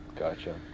Gotcha